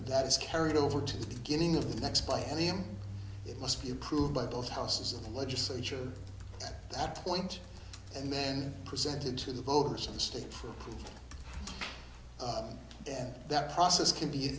that is carried over to the beginning of the next place and him it must be approved by both houses of the legislature that point and then present it to the voters of the state for up and that process can be